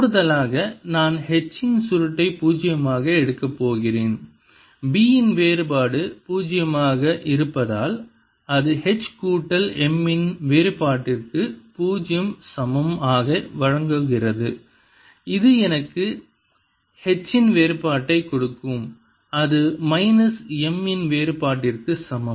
கூடுதலாக நான் H இன் சுருட்டை பூஜ்ஜியமாக எடுக்கப் போகிறேன் B இன் வேறுபாடு பூஜ்ஜியமாக இருப்பதால் அது H கூட்டல் M இன் வேறுபாட்டிற்கு பூஜ்ஜியம் சமம் ஆக வழிவகுக்கிறது இது எனக்கு H இன் வேறுபாட்டைக் கொடுக்கும் அது மைனஸ் M இன் வேறுபாட்டிற்கு சமம்